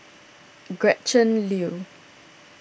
Gretchen Liu